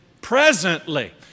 presently